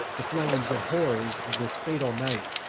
the flames and horrors of this fatal night.